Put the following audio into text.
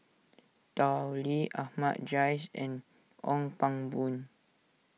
Tao Li Ahmad Jais and Ong Pang Boon